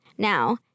Now